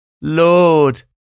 Lord